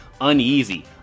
uneasy